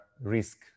risk